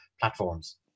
platforms